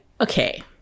okay